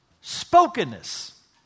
spokenness